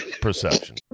perception